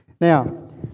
Now